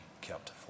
kept